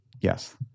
yes